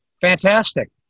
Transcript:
Fantastic